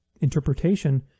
interpretation